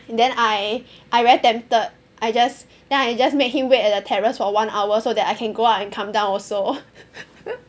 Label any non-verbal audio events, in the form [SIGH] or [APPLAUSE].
and then I I very tempted I just then I just made him wait at the terrace for one hour so that I can go up and come down also [LAUGHS]